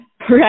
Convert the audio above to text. Right